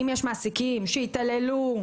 אם יש מעסיקים שהתעללו,